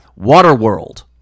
Waterworld